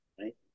Right